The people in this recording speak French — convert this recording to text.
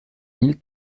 mille